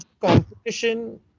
competition